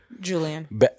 Julian